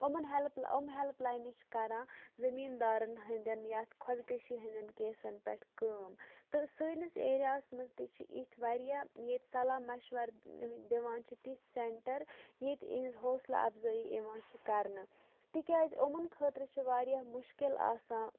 یِمن پیلٕپ أمۍ ہیلٕپ لاینہٕ چھِ کران زٔمیٖندارَن ہٕندٮ۪ن یَتھ خۄدکٔشی ہٕندٮ۪ن کیسن پٮ۪ٹھ کٲم تہٕ سٲنِس ایریاہَس منٛز تہِ چھِ اِتھ واریاہ ییٚتہِ صلح مَشورٕ دِوان چھِ تِتھۍ سینٹر ییٚتہِ یِہنز حوصلہٕ اَفضٲیی یِوان چھِ کرنہٕ تِکیازِ یِمَن خٲطرٕ چھُ واریاہ مُشکِل آسان